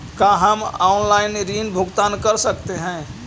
का हम आनलाइन ऋण भुगतान कर सकते हैं?